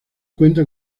cuenta